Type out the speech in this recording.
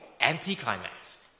anticlimax